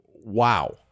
wow